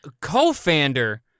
co-founder